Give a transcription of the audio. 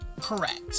correct